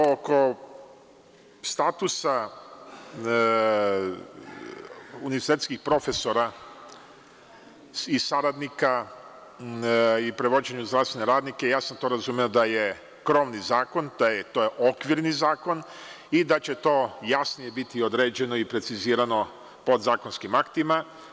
Oko statusa univerzitetskih profesora i saradnika i prevođenje zdravstvenih radnika, razumeo sam da je krovni zakon, okvirni zakon i da će to jasnije biti određeno i precizirano podzakonskim aktima.